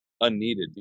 unneeded